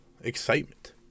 excitement